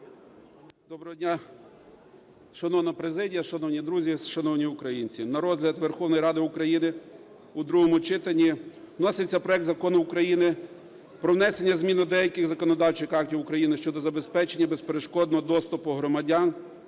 Доброго дня, шановна президія, шановні друзі, шановні українці! На розгляд Верховної Ради України у другому читанні вноситься проект Закону України про внесення змін до деяких законодавчих актів України щодо забезпечення безперешкодного доступу громадян